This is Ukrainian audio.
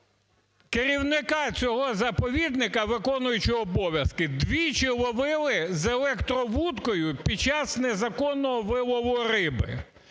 Керівника цього заповідника, виконуючого обов'язки, двічі ловили з електровудкою під час незаконного вилову риби,